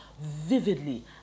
vividly